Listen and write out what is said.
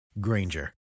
Granger